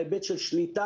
להיבט של שליטה,